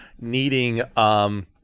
needing